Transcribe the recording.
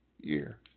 year